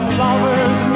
lovers